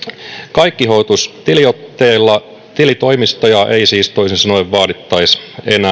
kaikki hoituisi tiliotteella tilitoimistoja ei siis toisin sanoen vaadittaisi enää